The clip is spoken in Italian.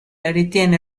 ritiene